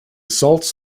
salts